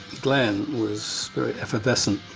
glenn was very effervescent.